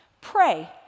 Pray